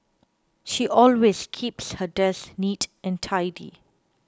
she always keeps her desk neat and tidy